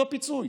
אותו פיצוי.